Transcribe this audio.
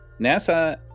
NASA